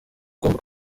ugomba